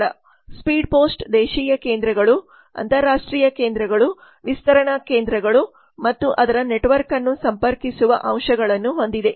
ಸ್ಥಳ speed post ದೇಶೀಯ ಕೇಂದ್ರಗಳು ಅಂತರರಾಷ್ಟ್ರೀಯ ಕೇಂದ್ರಗಳು ವಿಸ್ತರಣಾ ಕೇಂದ್ರಗಳು ಮತ್ತು ಅದರ ನೆಟ್ವರ್ಕ್ ಅನ್ನು ಸಂಪರ್ಕಿಸುವ ಅಂಶಗಳನ್ನು ಹೊಂದಿದೆ